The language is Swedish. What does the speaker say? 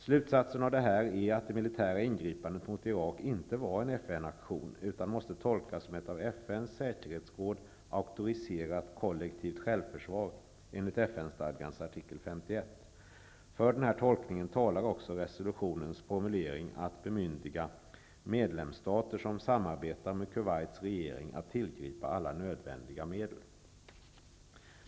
Slutsatsen av detta är att det militära ingripandet mot Irak inte var en FN-aktion utan måste tolkas som ett av FN:s säkerhetsråd auktoriserat kollektivt självförsvar enligt FN-stadgans artikel 51. För denna tolkning talar också resolutionens formulering att bemyndiga ''medlemsstater som samarbetar med Kuwaits regering att tillgripa alla nödvändiga medel''.